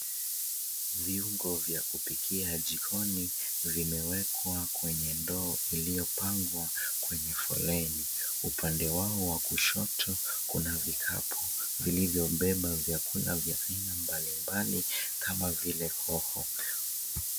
Viungo vya kupikia jikoni vimewekwa kwenye ndoo iliyopangwa kwenye foleni. Upande wao wa kushoto kuna vikapu vilivyobeba vyakula vya aina mbalimbali kama vile hoho.